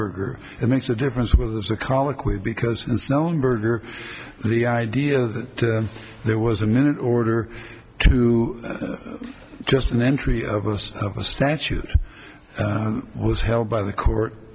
berger and makes a difference whether there's a colloquy because it's known burger the idea that there was a minute order to just an entry of us of a statute was held by the court